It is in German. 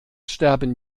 sterben